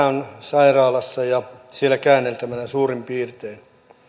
on sairaalassa siellä käänneltävänä suurin piirtein